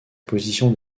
position